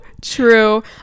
true